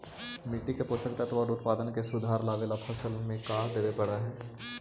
मिट्टी के पोषक तत्त्व और उत्पादन में सुधार लावे ला फसल में का देबे पड़तै तै?